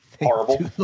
horrible